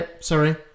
Sorry